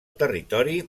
territori